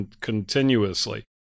continuously